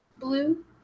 Blue